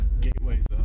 Gateway's